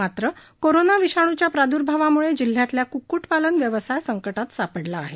मात्र कोरोना विषाणूच्या प्राद्र्भावामूळे जिल्ह्यातल्या क्क्क्ट पालन व्यवसाय संकटात सापडला आहे